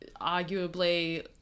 arguably